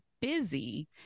busy